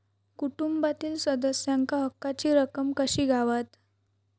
कुटुंबातील सदस्यांका हक्काची रक्कम कशी गावात?